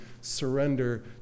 surrender